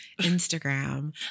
Instagram